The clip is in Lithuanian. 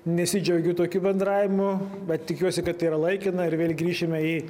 nesidžiaugiu tokiu bendravimu bet tikiuosi kad tai yra laikina ir vėl grįšime į